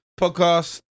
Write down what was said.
podcast